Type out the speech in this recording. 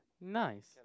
Nice